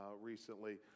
recently